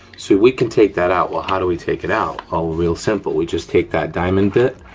so we can take that out. well how do we take it out? well, real simple. we just take that diamond bit,